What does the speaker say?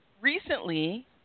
recently